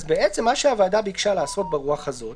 מה שהוועדה ביקשה לעשות ברוח הזאת,